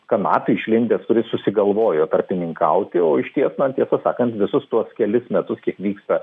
kanapių išlindęs kuris susigalvojo tarpininkauti o išties na tiesą sakant visus tuos kelis metus kiek vyksta